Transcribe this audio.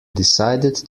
decided